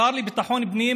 השר לביטחון פנים,